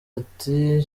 ati